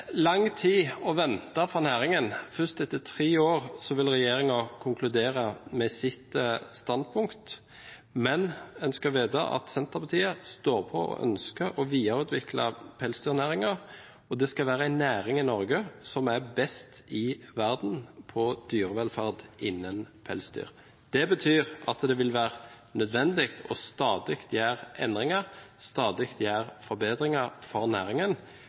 lang tid å vente for næringen. Først etter tre år vil regjeringen konkludere med sitt standpunkt. Men en skal vite at Senterpartiet står på og ønsker å videreutvikle pelsdyrnæringen, og det skal være en næring i Norge som er best i verden på dyrevelferd innen pelsdyr. Det betyr at det vil være nødvendig stadig å gjøre endringer, stadig gjøre forbedringer for næringen,